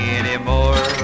anymore